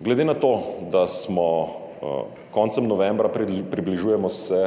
Glede na to, da smo koncem novembra, približujemo se